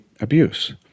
Abuse